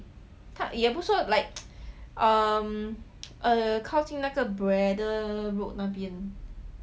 他也不算 like um err 靠近那个 braddell road 那边